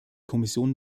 kommission